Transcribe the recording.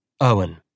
Owen